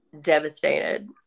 devastated